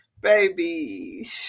baby